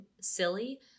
silly